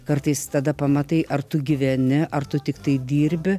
kartais tada pamatai ar tu gyveni ar tu tiktai dirbi